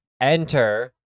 enter